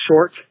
short